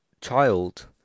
child